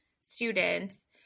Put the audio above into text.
students